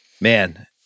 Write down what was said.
man